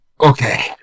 Okay